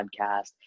podcast